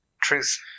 Truth